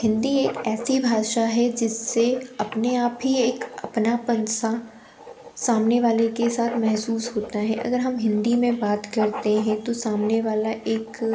हिन्दी एक ऐसी भाषा है जिससे अपने आप ही एक अपनापन सा सामने वाले के साथ महसूस होता है अगर हम हिन्दी में बात करते हें तो सामने वाला एक